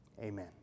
Amen